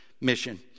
mission